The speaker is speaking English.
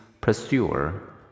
pursuer